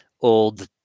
old